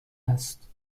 است